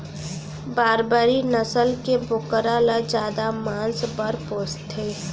बारबरी नसल के बोकरा ल जादा मांस बर पोसथें